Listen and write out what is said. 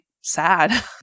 sad